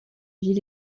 villes